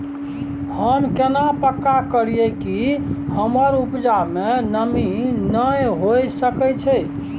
हम केना पक्का करियै कि हमर उपजा में नमी नय होय सके छै?